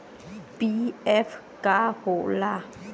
PF का होला?